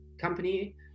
company